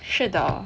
是的